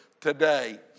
today